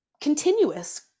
continuous